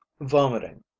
vomiting